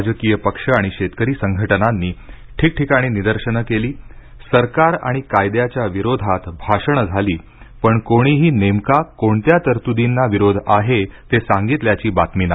राजकीय पक्ष आणि शेतकरी संघटनांनी ठिकठिकाणी निदर्शनं केली सरकार आणि कायद्याच्या विरोधात भाषणं झाली पण कोणीही नेमका कोणत्या तरत्दींना विरोध आहे ते सांगितल्याची बातमी नाही